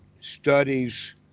studies